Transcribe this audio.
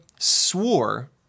swore